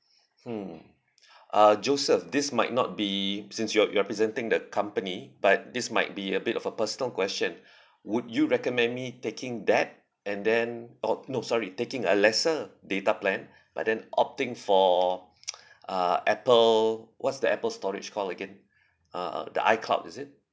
hmm uh joseph this might not be since you're you're presenting the company but this might be a bit of a personal question would you recommend me taking that and then oh no sorry taking a lesser data plan but then opting for uh apple what's the apple storage called again uh uh the icloud is it